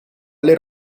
alle